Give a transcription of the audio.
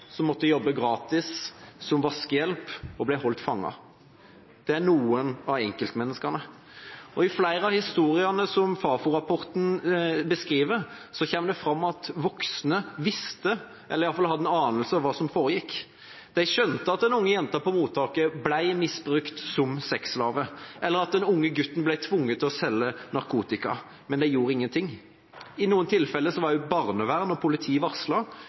måtte jobbe gratis som vaskehjelp og ble holdt fanget. Det er noen av enkeltmenneskene. I flere av historiene som Fafo-rapporten beskriver, kommer det fram at voksne visste – eller iallfall hadde en anelse om – hva som foregikk. De skjønte at den unge jenta på mottaket ble misbrukt som sexslave, eller at den unge gutten ble tvunget til å selge narkotika, men de gjorde ingenting. I noen tilfeller var barnevern og politi